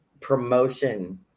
promotion